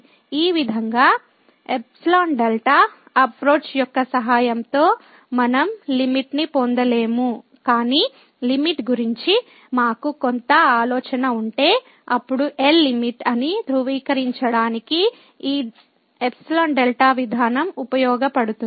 ఈ విధానం ϵδ ϵδ approach యొక్క సహాయంతో మనం లిమిట్ ని పొందలేము కాని లిమిట్ గురించి మాకు కొంత ఆలోచన ఉంటే అప్పుడు L లిమిట్ అని ధృవీకరించడానికి ఈ ϵδ విధానం ఉపయోగించబడుతుంది